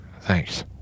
Thanks